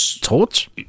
Torch